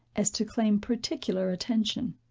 as to claim particular attention.